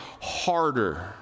harder